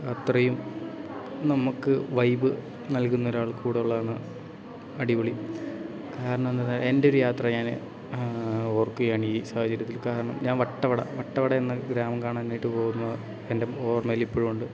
അത്രയും നമുക്ക് വൈബ് നൽകുന്ന ഒരാൾ കൂടെ ഉള്ളത് ആണ് അടിപൊളി കാരണം എന്തെന്നാൽ എൻ്റെ ഒരു യാത്ര ഞാൻ ഓർക്കുകയാണ് ഈ സാഹചര്യത്തിൽ കാരണം ഞാൻ വട്ടവട വട്ടവട എന്ന ഗ്രാമം കാണാനായിട്ട് പോകുന്ന എൻ്റെ ഓർമ്മയിൽ ഇപ്പോഴുമുണ്ട്